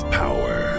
power